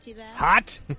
Hot